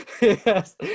Yes